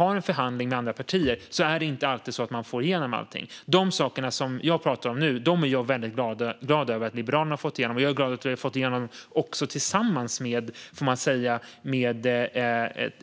I en förhandling med andra partier får man inte alltid igenom allting. De saker som jag pratar om nu är jag väldigt glad över att Liberalerna har fått igenom, också med